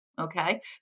Okay